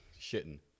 Shitting